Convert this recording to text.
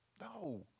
no